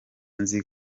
nzi